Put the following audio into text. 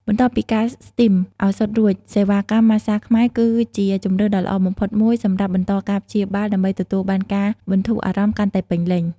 បន្ទាប់ពីការស្ទីមឱសថរួច សេវាកម្មម៉ាស្សាខ្មែរគឺជាជម្រើសដ៏ល្អបំផុតមួយសម្រាប់បន្តការព្យាបាល ដើម្បីទទួលបានការបន្ធូរអារម្មណ៍កាន់តែពេញលេញ។